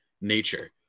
nature